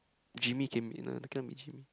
Jimmy can be no cannot be Jimmy